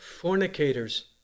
fornicators